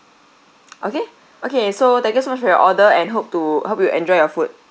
okay okay so thank you so much for your order and hope to hope you enjoy your food